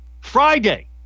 Friday